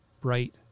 bright